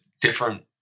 different